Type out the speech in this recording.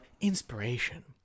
Inspiration